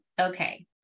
Okay